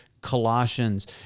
Colossians